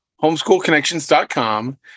homeschoolconnections.com